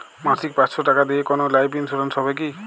মাসিক পাঁচশো টাকা দিয়ে কোনো লাইফ ইন্সুরেন্স হবে কি?